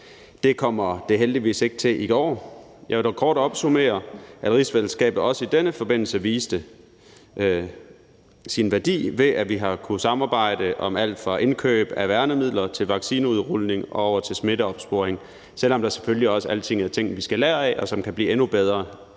det kommer den heldigvis ikke til i år. Jeg vil dog kort opsummere, at rigsfællesskabet også i denne forbindelse viste sin værdi, ved at vi har kunnet samarbejde om alt fra indkøb af værnemidler til vaccineudrulning og over til smitteopsporing, selv om der selvfølgelig også altid er ting, vi skal lære af, og som kan blive endnu bedre,